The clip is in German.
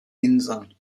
inseln